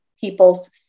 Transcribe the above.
people's